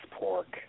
pork